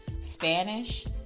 Spanish